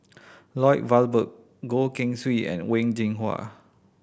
Lloyd Valberg Goh Keng Swee and Wen Jinhua